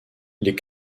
les